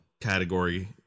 category